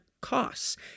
costs